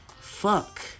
fuck